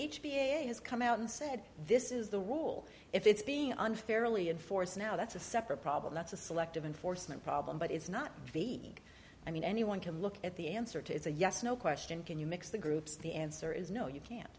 has come out and said this is the rule if it's being unfairly in force now that's a separate problem that's a selective enforcement problem but it's not me i mean anyone can look at the answer to a yes no question can you mix the groups the answer is no you can't